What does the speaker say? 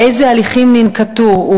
4. אילו הליכים ננקטו,